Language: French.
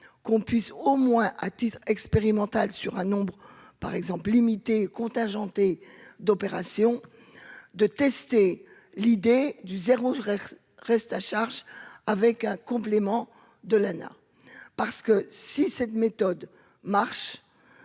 qu'on puisse au moins à titre expérimental sur un nombre par exemple limiter contingentées d'opérations de tester l'idée du zéro reste à charge avec un complément de Lana parce que si cette méthode marche,